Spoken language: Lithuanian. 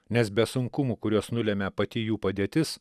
nes be sunkumų kuriuos nulemia pati jų padėtis